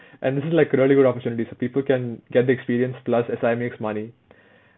and this is like a really good opportunity so people can get the experience plus S_I_A makes money